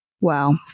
Wow